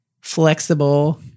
flexible